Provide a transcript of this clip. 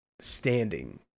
standing